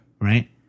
right